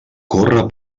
corre